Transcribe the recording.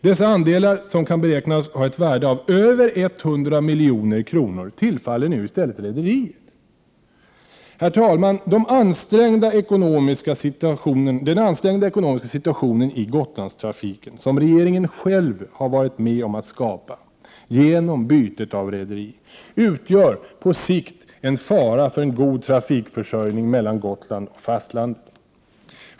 Dessa andelar, som kan beräknas ha ett värde av över 100 milj.kr., tillfaller nu i stället rederiet. Herr talman! Den ansträngda ekonomiska situationen i Gotlandstrafiken, som regeringen själv varit med om att skapa genom bytet av rederi, utgör på sikt en fara för en god trafikförsörjning mellan Gotland och fastlandet.